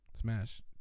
smash